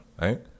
right